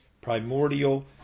primordial